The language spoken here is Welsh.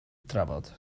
drafod